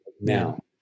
now